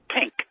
Pink